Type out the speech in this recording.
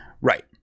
Right